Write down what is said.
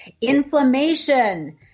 inflammation